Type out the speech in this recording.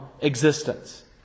existence